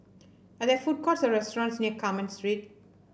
are there food courts or restaurants near Carmen Street